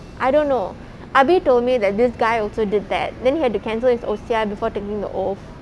I don't know abbi told me that this guy also did that then he had to cancel his O_C_I before taking the oath